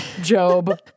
Job